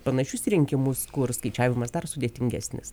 panašius rinkimus kur skaičiavimas dar sudėtingesnis